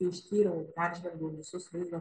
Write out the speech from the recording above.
kai ištyriau peržvelgiau visus vaizdo